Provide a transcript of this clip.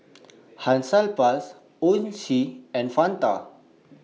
Hansaplast Oishi and Fanta